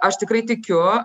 aš tikrai tikiu